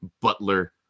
Butler